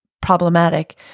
problematic